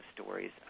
stories